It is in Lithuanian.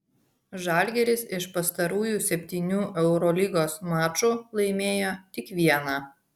žalgiris iš pastarųjų septynių eurolygos mačų laimėjo tik vieną